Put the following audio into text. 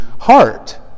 heart